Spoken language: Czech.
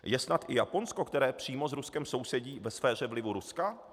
Je snad i Japonsko, které přímo s Ruskem sousedí, ve sféře vlivu Ruska?